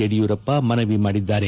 ಯಡಿಯೂರಪ್ಪ ಮನವಿ ಮಾಡಿದ್ದಾರೆ